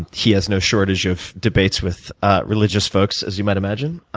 he has no shortage of debates with religious folks as you might imagine.